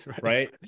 Right